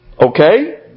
Okay